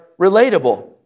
relatable